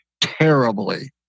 terribly